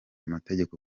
amategeko